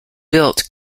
built